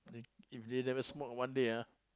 if they never smoke one day ah